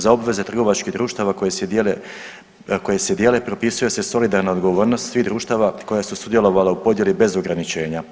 Za obveze trgovačkih društava koje se dijele, koje se dijele propisuje se solidarna odgovornost svih društava koja su sudjelovala u podjeli bez ograničenja.